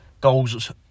goals